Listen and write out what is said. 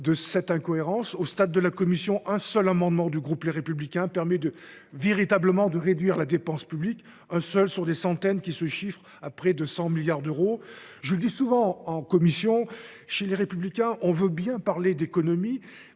de cette incohérence : à ce stade, en commission, un seul amendement du groupe Les Républicains permet véritablement de réduire la dépense publique, un seul sur des centaines, qui se chiffrent à près de 100 milliards d’euros ! Comme je le souligne souvent en commission, chez Les Républicains, on veut bien parler d’économies,